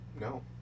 No